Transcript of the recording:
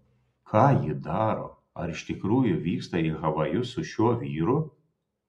ką ji daro ar iš tikrųjų vyksta į havajus su šiuo vyru